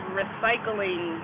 recycling